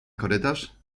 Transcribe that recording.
korytarz